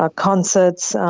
ah concerts,